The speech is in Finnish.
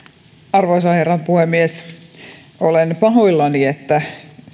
arvoisa herra puhemies olen pahoillani että